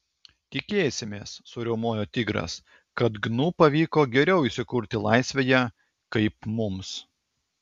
tikėsimės suriaumojo tigras kad gnu pavyko geriau įsikurti laisvėje kaip mums